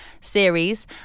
series